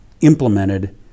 implemented